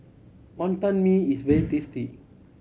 Wonton Mee is very tasty